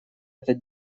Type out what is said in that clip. этот